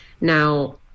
now